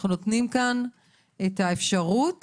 אנחנו נותנים כאן את האפשרות